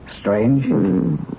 Strange